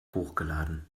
hochgeladen